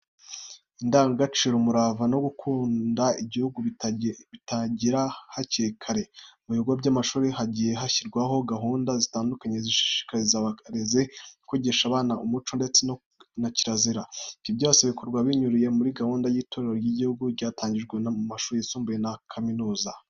Indangagaciro, umurava no gukunda igihugu bitangira hakiri kare. Mu bigo by'amashuri hagiye hashyirwaho gahunda zitandukanye, zishishikariza abarezi kwigisha abana umuco ndetse na kirazira. Ibyo byose bikorwa binyuriye muri gahunda y'itorero ry'igihugu ryatangijwe mu mashuri y'isumbuye na za kaminuza.